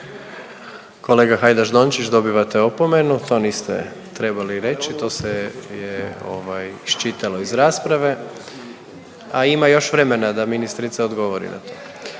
Kolega Hajdaš Dončić dobivate opomenu to niste trebali reći to se je iščitalo iz rasprave, a ima još vremena da ministrica odgovori na to.